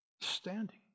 Standing